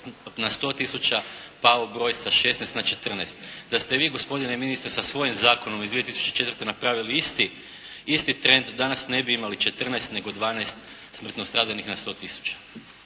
na 100 tisuća pao broj sa 16 na 14. Da ste vi gospodine ministre sa svojim zakonom iz 2004. godine napravili isti tren, danas ne bi imali 14 nego 12 smrtno stradalih na 100